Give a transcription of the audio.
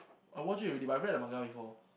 I watch it already but I read the manga before